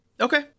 Okay